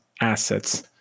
assets